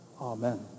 Amen